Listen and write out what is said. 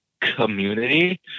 community